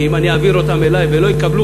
כי אם אני אעביר אותם אלי והם לא יקבלו